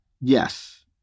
Yes